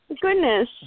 Goodness